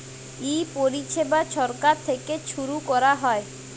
ই পরিছেবা ছরকার থ্যাইকে ছুরু ক্যরা হ্যয়